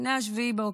לפני 7 באוקטובר,